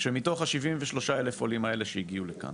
שמתוך ה-73,000 עולים האלה שהגיעו לכאן